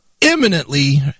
imminently